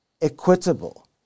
equitable